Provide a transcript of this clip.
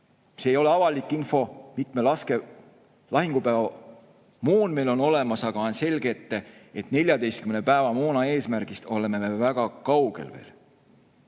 see ei ole avalik info, mitme lahingupäeva moon meil on olemas, aga on selge, et 14 päeva moona eesmärgist oleme veel väga kaugel.